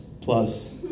plus